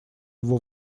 его